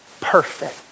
perfect